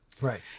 Right